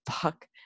fuck